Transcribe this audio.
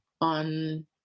on